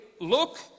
look